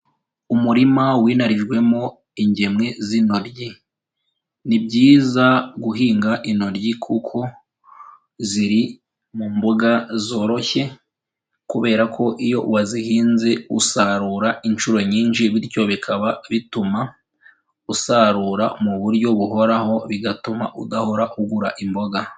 Umurima winarijwemo ingemwe z'intoryi. Ni byiza guhinga intoryi kuko ziri mu mboga zoroshye, kubera ko iyo wazihinze usarura inshuro nyinshi, bityo bikaba bituma usarura mu buryo buhoraho, bigatuma udahora ugura imboga.